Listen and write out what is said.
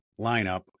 lineup